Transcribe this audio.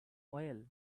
oil